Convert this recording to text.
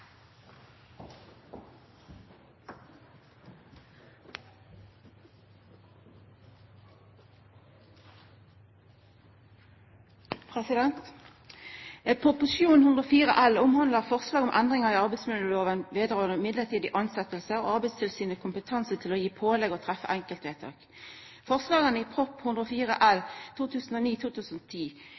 104 L for 2009–2010 omhandlar forslag om endringar i arbeidsmiljøloven i samband med midlertidige tilsetjingar og Arbeidstilsynet sin kompetanse til å gi pålegg og treffe enkeltvedtak. I Prop. 104 L